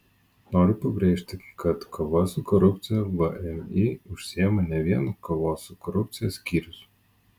noriu pabrėžti kad kova su korupcija vmi užsiima ne vien kovos su korupcija skyrius